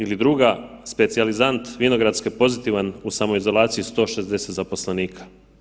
Ili druga, specijalizant vinogradske pozitivan, u samoizolaciji 160 zaposlenika.